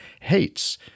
hates